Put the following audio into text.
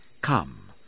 Come